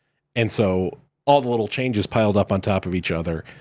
and so all the little changes piled up on top of each other.